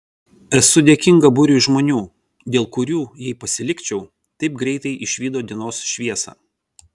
esu dėkinga būriui žmonių dėl kurių jei pasilikčiau taip greitai išvydo dienos šviesą